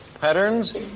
patterns